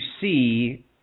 see